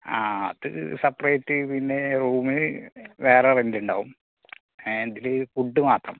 ആ അത് സെപ്റേറ്റ് പിന്നെ റൂമ് വേറെ റെന്റ് ഉണ്ടാകും ഏ ഇതില് ഫുഡ്ഡ് മാത്രം